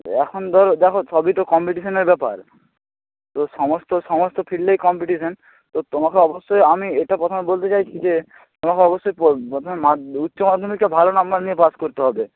তো এখন ধরো দেখো সবই তো কম্পিটিশানের ব্যাপার তো সমস্ত সমস্ত ফিল্ডেই কম্পিটিশান তো তোমাকে অবশ্যই আমি এটা প্রথমে বলতে চাইছি যে তোমাকে অবশ্যই প্রথমে মাধ্য উচ্চ মাধ্যমিকটা ভালো নাম্বার নিয়ে পাশ করতে হবে